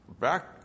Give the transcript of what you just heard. Back